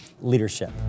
Leadership